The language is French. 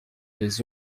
les